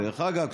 דרך אגב,